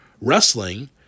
wrestling